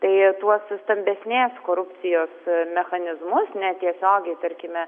tai tuos stambesnės korupcijos mechanizmus netiesiogiai tarkime